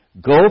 Go